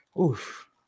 Oof